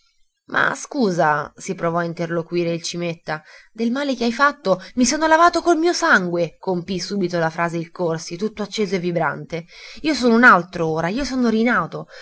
ma scusa si provò a interloquire il cimetta del male che hai fatto i sono lavato col mio sangue compì subito la frase il corsi tutto acceso e vibrante io sono un altro ora io sono rinato